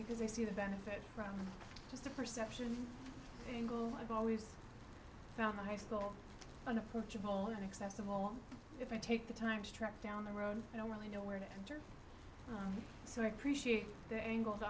because they see the benefit from just a perception angle i've always found the high school unapproachable inaccessible if i take the time to track down the road i don't really know where to enter so appreciate the angle